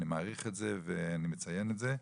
אני מעריך את זה ואני מציין את זה.